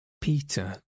Peter